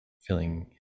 feeling